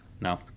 No